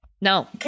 No